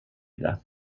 det